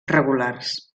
regulars